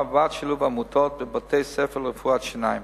ובעד שילוב העמותות ובתי-הספר לרפואת שיניים.